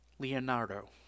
Leonardo